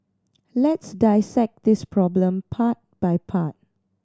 let's dissect this problem part by part